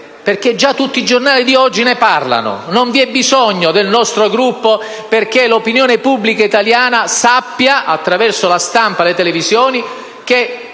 succede. Tutti i giornali di oggi già ne parlano. Non vi è bisogno del nostro Gruppo perché l'opinione pubblica italiana sappia, attraverso la stampa e i programmi televisivi, che